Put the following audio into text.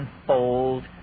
unfold